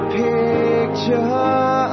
picture